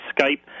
Skype